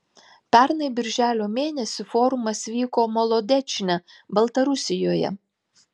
pernai birželio mėnesį forumas vyko molodečne baltarusijoje